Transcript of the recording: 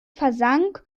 versank